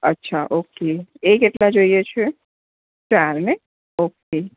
અચ્છા ઓકે એ કેટલા જોઈએ છે ચાર ને ઓકે